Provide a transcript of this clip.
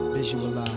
Visualize